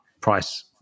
price